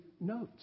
notes